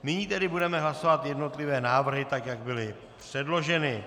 Nyní budeme hlasovat jednotlivé návrhy, tak jak byly předloženy.